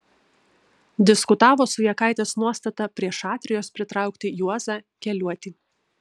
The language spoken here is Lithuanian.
diskutavo su jakaitės nuostata prie šatrijos pritraukti juozą keliuotį